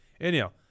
Anyhow